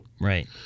Right